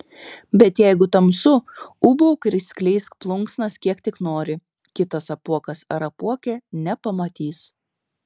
bet jeigu tamsu ūbauk ir skleisk plunksnas kiek tik nori kitas apuokas ar apuokė nepamatys